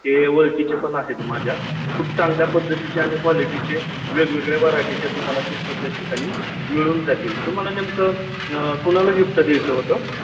ते ओळखीचे पण आहेत माझ्या खूप चांगल्या पद्धतीचे आणि क्वालिटीचे वेगवेगळ्या व्हरायटीचे तुम्हाला गिफ्त त्या ठिकाणी मिळून जातील तुम्हाला नेमकं कोणाला गिफ्ट द्यायचं होतं